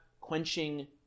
quenching